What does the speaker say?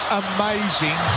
amazing